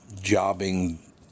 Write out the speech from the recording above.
jobbing